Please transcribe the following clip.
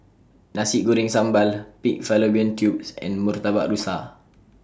Nasi Goreng Sambal Pig Fallopian Tubes and Murtabak Rusa